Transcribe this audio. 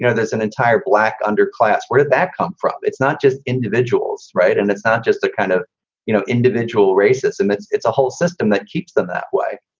there's an entire black underclass? where did that come from? it's not just individuals. right. and it's not just the kind of you know individual racism. it's it's a whole system that keeps them that way.